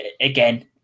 again